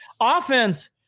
offense